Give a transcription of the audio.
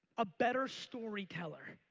a better storyteller,